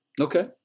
Okay